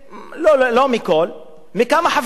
לא מכל, מכמה חברי כנסת.